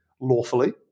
lawfully